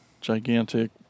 gigantic